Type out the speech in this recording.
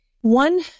one